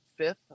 fifth